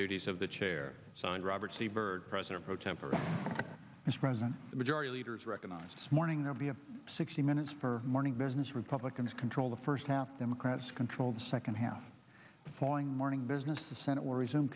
duties of the chair signed robert c byrd president pro tempore as president the majority leaders recognized this morning of the sixty minutes for morning business republicans control the first half democrats control the second half the following morning business the senate w